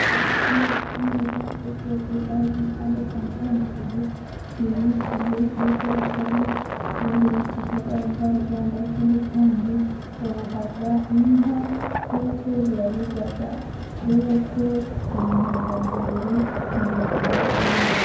Ubwatsi busa neza kuko bwitabwaho, kandi butanga umusaruro ushimishije, kuko bashyiraho ifumbire twita imvaruganda, ikindi kandi babuha inka, kuko ziraburya, kuko ni intungamubiri mu buzima bw'inka.